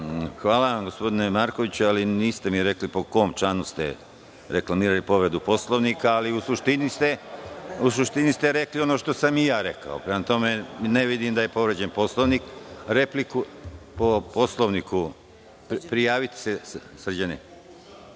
vam gospodine Markoviću, ali niste mi rekli po kom članu ste reklamirali povredu Poslovnika, ali u suštini ste rekli ono što sam i ja rekao. Prema tome, ne vidim da je povređen Poslovnik. Reč ima narodni poslanik Srđan